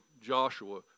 Joshua